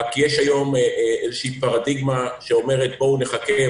רק יש היום איזו פרדיגמה שאומרת: בואו נחכה,